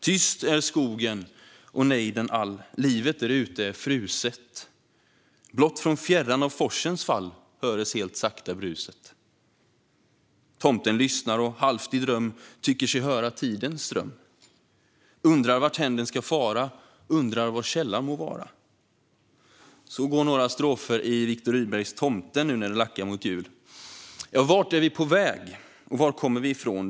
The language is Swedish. - Tyst är skogen och nejden all, livet där ute är fruset, blott från fjärran av forsens fallhöres helt sakta bruset. Tomten lyssnar och, halvt i dröm, tycker sig höra tidens ström, undrar, varthän den skall fara, undrar, var källan må vara. Så går några strofer i Viktor Rydbergs Tomten , som ju passar bra nu när det lackar mot jul. Ja, vart är vi på väg, och var kommer vi ifrån?